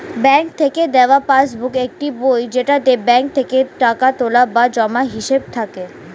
bank থেকে দেওয়া passbook একটি বই যেটাতে ব্যাঙ্ক থেকে টাকা তোলা বা জমার হিসাব থাকে